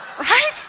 right